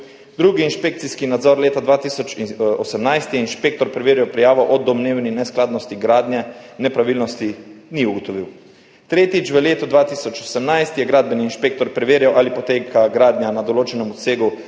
Drugi inšpekcijski nadzor, leta 2018 je inšpektor preverjal prijavo o domnevni neskladnosti gradnje, nepravilnosti ni ugotovil. Tretjič, v letu 2018 je gradbeni inšpektor preverjal, ali poteka gradnja na določenem obsegu skladno